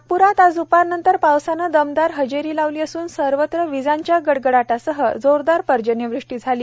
नागप्रात आज द्वपारनंतर पावसाने दमदार हजेरी लावली असून सर्वत्र विजांच्या गडगडाटासह जोरदार पर्जन्य वृष्टी झाली